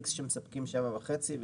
X שמספקים שבע וחצי,